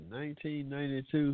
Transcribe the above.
1992